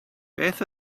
beth